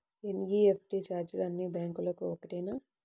NEFT ఛార్జీలు అన్నీ బ్యాంక్లకూ ఒకటేనా?